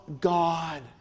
God